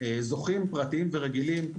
זוכים פרטיים ורגילים.